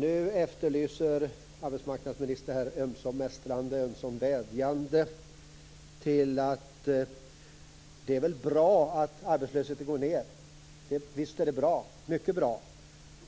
Nu efterlyser arbetsmarknadsministern ömsom mästrande, ömsom vädjande kommentar till att arbetslösheten går ned. Visst är det mycket bra,